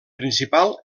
principal